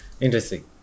Interesting